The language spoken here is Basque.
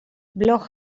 blog